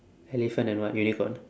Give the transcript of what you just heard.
elephant and what unicorn